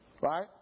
Right